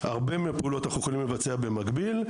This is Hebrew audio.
הרבה מהפעולות אנחנו יכולים לבצע במקביל.